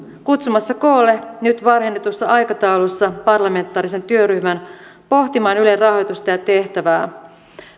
kutsumassa koolle nyt varhennetussa aikataulussa parlamentaarisen työryhmän pohtimaan ylen rahoitusta ja tehtävää